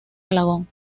alagón